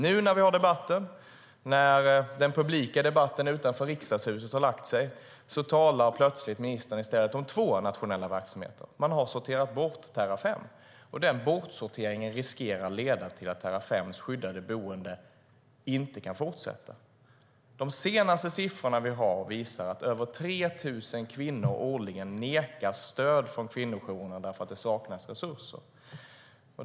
Nu, när den publika debatten utanför Riksdagshuset har lagt sig, talar plötsligt ministern i stället om två nationella verksamheter. Man har sorterat bort Terrafem, och den bortsorteringen riskerar att leda till att Terrafems skyddade boende inte kan fortsätta. De senaste siffror vi har visar att över 3 000 kvinnor årligen nekas stöd från kvinnojourerna därför att det saknas resurser.